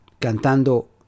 cantando